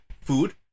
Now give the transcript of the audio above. food